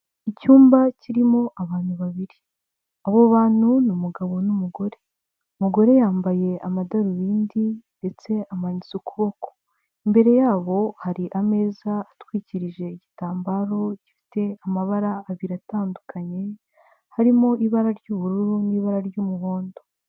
Icyumba kirimo abantu babiri, abo bantu n'umugabo n'umugore, umugore yambaye amadarubindi ndetse amanitse ukuboko. Imbere yabo hari ameza atwikirije igitambaro gifite amabara abiri atandukanye, harimo ibara ry'ubururu n'ibara ry'umuhondo.